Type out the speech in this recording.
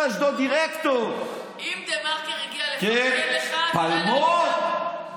דודי, אם דה-מרקר הגיע לפרגן לך, כן, פלמור.